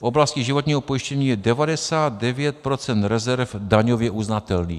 V oblasti životního pojištění je 99 % rezerv daňově uznatelných.